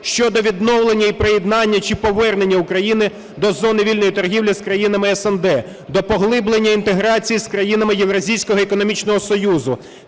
щодо відновлення і приєднання чи повернення України до зони вільної торгівлі з країнами СНД, до поглиблення інтеграції з країнами Євразійського економічного союзу,